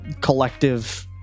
collective